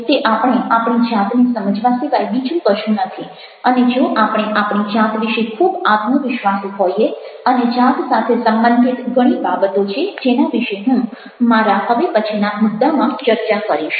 તે આપણે આપણી જાતને સમજવા સિવાય બીજું કશું નથી અને જો આપણે આપણી જાત વિશે ખૂબ આત્મવિશ્વાસુ હોઈએ અને જાત સાથે સંબંધિત ઘણી બાબતો છે જેના વિશે હું મારા હવે પછીના મુદ્દામાં ચર્ચા કરીશ